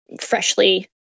freshly